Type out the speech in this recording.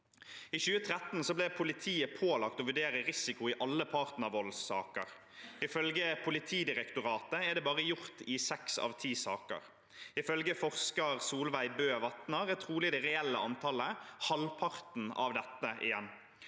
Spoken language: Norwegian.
I 2013 ble politiet pålagt å vurdere risiko i alle partnervoldssaker. Ifølge Politidirektoratet er det bare gjort i seks av ti saker. Ifølge forsker Solveig Bø Vatnar er trolig det reelle antallet halvparten av dette.